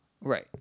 Right